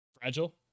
fragile